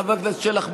חבר הכנסת שלח,